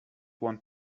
want